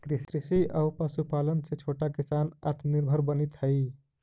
कृषि आउ पशुपालन से छोटा किसान आत्मनिर्भर बनित हइ